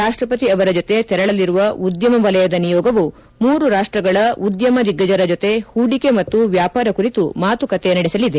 ರಾಷ್ಷಪತಿ ಅವರ ಜೊತೆ ತೆರಳಲಿರುವ ಉದ್ಯಮವಲಯದ ನಿಯೋಗವು ಮೂರು ರಾಷ್ಷಗಳ ಉದ್ಯಮ ದಿಗ್ಗಜರ ಜೊತೆ ಹೂಡಿಕೆ ಮತ್ತು ವ್ಲಾಪಾರ ಕುರಿತು ಮಾತುಕತೆ ನಡೆಸಲಿದೆ